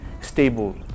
stable